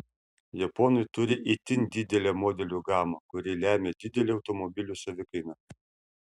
japonai turi itin didelę modelių gamą kuri lemią didelę automobilių savikainą